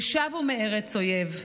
ושבו מארץ אויב.